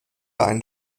ein